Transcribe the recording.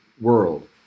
World